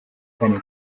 kane